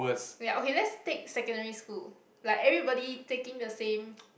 ya okay let's take secondary school like everybody taking the same